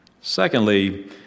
Secondly